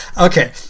Okay